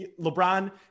LeBron